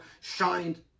shined